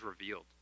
revealed